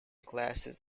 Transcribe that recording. classes